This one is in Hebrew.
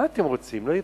מה אתם רוצים, לא הבנתי.